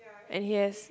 and he has